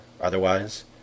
otherwise